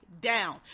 down